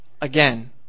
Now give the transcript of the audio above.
Again